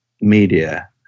media